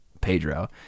pedro